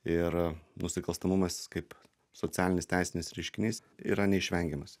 ir nusikalstamumas kaip socialinis teisinis reiškinys yra neišvengiamas